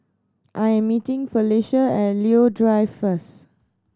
I am meeting Felecia at Leo Drive first